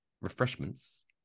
refreshments